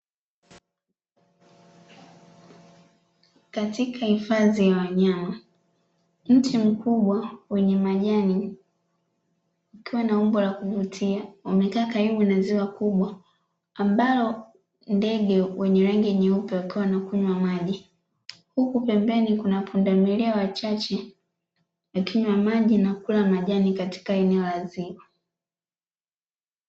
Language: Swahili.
Katika hifadhi ya wanyama mti mkubwa wenye majani ukiwa na umbo la kuvutia umekaa karibu na ziwa kubwa ambao ndege wenye rangi nyeupe wakiwa wanakunywa maji huku pembeni kuna pundamilia wachache lakini wa maji na kula majani katika eneo la ziwa